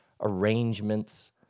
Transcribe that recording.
arrangements